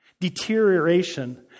deterioration